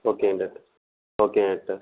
ஓகேங்க doctor okay doctor